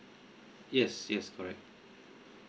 yes yes correct